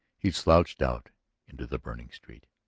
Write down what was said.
he slouched out into the burning street.